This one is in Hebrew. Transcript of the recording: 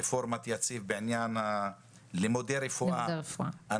רפורמת יציב בעניין לימודי רפואה,